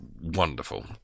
wonderful